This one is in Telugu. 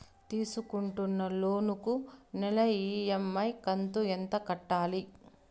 తీసుకుంటున్న లోను కు నెల ఇ.ఎం.ఐ కంతు ఎంత కట్టాలి?